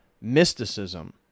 mysticism